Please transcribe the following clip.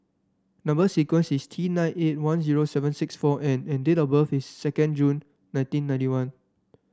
number sequence is T nine eight one zero seven six four N and date of birth is second June nineteen ninety one